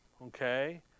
Okay